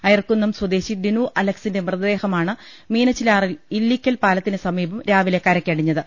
അയർകുന്നം സ്വദേശി ദിനു അലക്സിന്റെ മൃതദേഹമാണ് മീനച്ചി ലാറിൽ ഇല്ലിക്കൽ പാലത്തിനു സമീപം രാവിലെ കരയ്ക്കടിഞ്ഞത്